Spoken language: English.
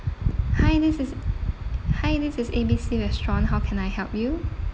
hi this is hi this is A B C restaurant how can I help you